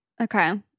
Okay